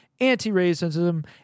anti-racism